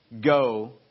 Go